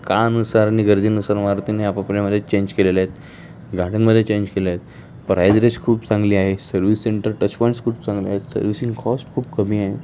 काळानुसार आणि गरजेनुसार मारुतीने आपापल्या मध्ये चेंज केलेल्या आहेत गाड्यांमध्ये चेंज केले आहेत प्राईज रेज खूप चांगली आहे सर्विस सेंटर टच पॉईंट्स खूप चांगले आहेत सर्व्हिसिंग कॉस्ट खूप कमी आहे